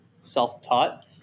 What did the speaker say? self-taught